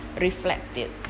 reflected